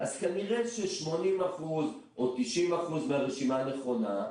אז כנראה ש-80% או 90% מהרשימה נכונה.